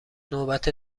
نوبت